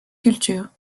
culture